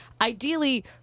ideally